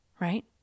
right